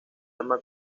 llama